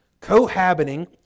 cohabiting